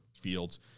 fields